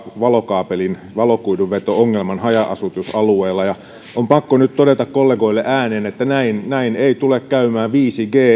valokaapelin ja valokuidunveto ongelman haja asutusalueilla ja on pakko nyt todeta kollegoille ääneen että näin näin ei tule käymään viisi g